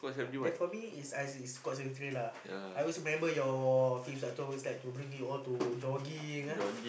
then for me is I is squad seventy three lah I always remember your fitness intructor always like to bring you all to jogging ah